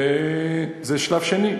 וזה שלב שני.